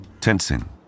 Tensing